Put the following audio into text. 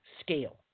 scale